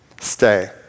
stay